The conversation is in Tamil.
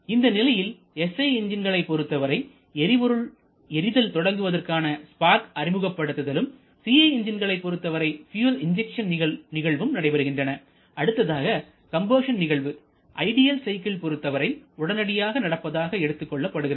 இந்த நிலையில் SI என்ஜின்களை பொருத்தவரை எரிபொருள் எரிதல் தொடங்குவதற்கான ஸ்பார்க் அறிமுகப்படுத்துதலும் CI என்ஜின்களை பொருத்தவரை பியூயல் இன்ஜெக்ஷன் நிகழ்வும் நடைபெறுகின்றன அடுத்ததாக கம்பஷன் நிகழ்வு ஐடியல் சைக்கிள் பொருத்தவரை உடனடியாக நடப்பதாக எடுத்துக் கொள்ளப்படுகிறது